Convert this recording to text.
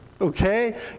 okay